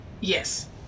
yes